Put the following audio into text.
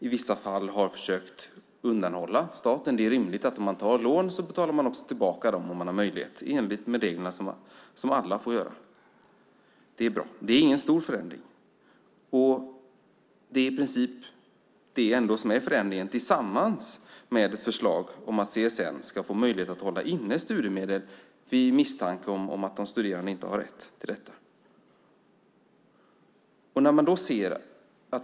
I vissa fall har man försökt undanhålla staten de pengarna. När man tar lån är det rimligt att återbetala om man har möjlighet att göra det - detta i enlighet med de regler som alla får följa. Det som föreslås är bra och ingen stor förändring. I princip är förändringen detta plus förslaget om att CSN får möjlighet att hålla inne studiemedel vid misstanke om att en studerande har rätt till studiemedel.